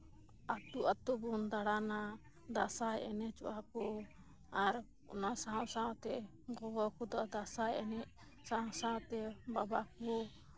ᱟᱛᱳ ᱟᱛᱳ ᱵᱚᱱ ᱫᱟᱲᱟᱱᱟ ᱫᱟᱸᱥᱟᱭ ᱮᱱᱮᱡᱚᱜᱼᱟ ᱠᱚ ᱟᱨ ᱚᱱᱟ ᱥᱟᱶ ᱥᱟᱶᱛᱮ ᱜᱚᱜᱚ ᱠᱚᱫᱚ ᱫᱟᱸᱥᱟᱭ ᱮᱱᱮᱡ ᱥᱟᱶ ᱥᱟᱶᱛᱮ ᱵᱟᱵᱟ ᱠᱚ